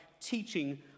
teaching